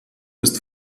ist